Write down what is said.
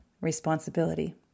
responsibility